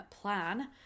plan